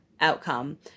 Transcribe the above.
outcome